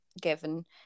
given